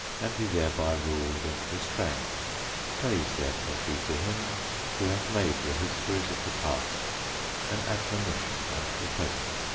and be thereby ruled and restrained praise, therefore, be to him who hath made the histories of the past an admonition unto the present!